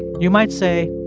you might say,